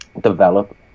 develop